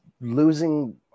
losing